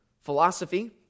philosophy